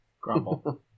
Grumble